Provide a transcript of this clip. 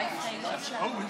עאידה,